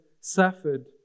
suffered